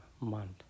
month